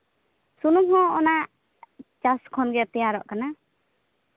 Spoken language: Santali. ᱥᱩᱱᱩᱢ ᱦᱚᱸ ᱚᱱᱟ ᱪᱟᱥ ᱠᱷᱚᱱᱜᱮ ᱛᱮᱭᱟᱨᱚᱜ ᱠᱟᱱᱟ